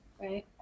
right